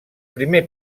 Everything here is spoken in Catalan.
primer